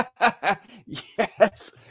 Yes